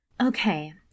Okay